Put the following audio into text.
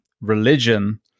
religion